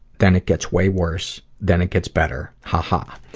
then it gets way worse, then it gets better. haha.